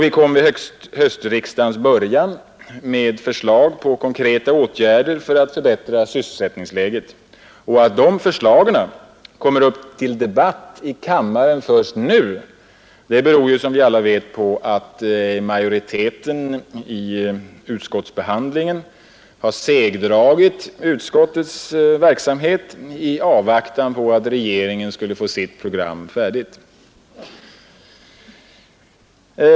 Vi kom vid höstriksdagens början med förslag på konkreta åtgärder för att förbättra sysselsättningsläget. Att de förslagen kommer upp till debatt i kammaren först nu beror, som vi alla vet, på att majoriteten i utskottet har segdragit utskottsbehandlingen i avvaktan på att regeringen skulle få sitt program färdigt.